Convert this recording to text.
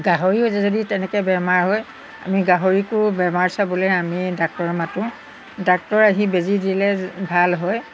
গাহৰিও যদি তেনেকৈ বেমাৰ হয় আমি গাহৰিকো বেমাৰ চাবলৈ আমি ডাক্তৰ মাতোঁ ডাক্তৰ আহি বেজি দিলে ভাল হয়